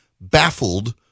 baffled